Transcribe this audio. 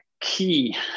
key